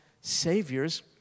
saviors